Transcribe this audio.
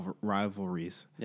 rivalries